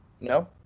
No